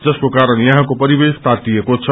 जसको कारण यहाँको परिवेश तातिएको छ